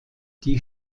die